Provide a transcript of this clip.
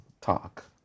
talk